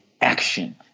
action